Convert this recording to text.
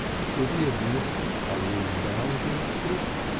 should he administer a resounding kick?